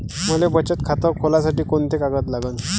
मले बचत खातं खोलासाठी कोंते कागद लागन?